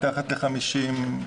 מתחת ל-50,